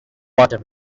bottom